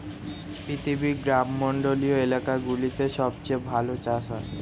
পৃথিবীর গ্রীষ্মমন্ডলীয় এলাকাগুলোতে সবচেয়ে ভালো চাষ হয়